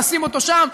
נשים אותו שם.